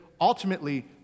ultimately